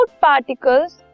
particles